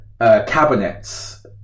cabinets